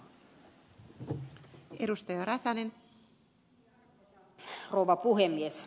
arvoisa rouva puhemies